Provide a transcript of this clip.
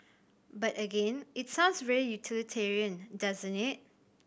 but again it sounds very utilitarian doesn't it